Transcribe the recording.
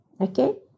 okay